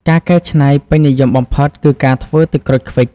ការកែច្នៃពេញនិយមបំផុតគឺការធ្វើ ទឹកក្រូចឃ្វិច។